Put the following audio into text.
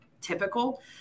typical